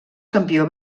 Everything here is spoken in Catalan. campió